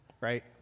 right